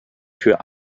für